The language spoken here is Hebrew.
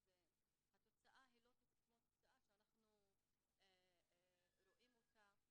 אז התוצאה היא לא כמו התוצאה שאנחנו רואים אותה.